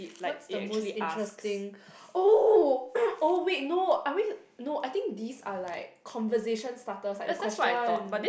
what's the most interesting oh oh wait no uh wait no I think these are like conversation starters like the question